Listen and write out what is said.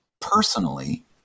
personally